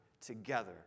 together